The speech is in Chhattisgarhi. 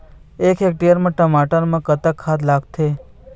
एक हेक्टेयर टमाटर म कतक खाद लागथे?